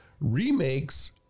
remakes